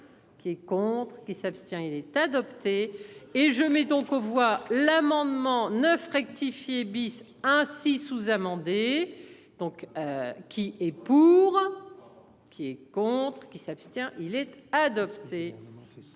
Qui est contre qui s'abstient. Il est adopté. Et je mets donc aux voix l'amendement 9 rectifier bis ainsi sous-amendé donc. Qui est pour. Qui est contre. Il s'abstient il est adopté.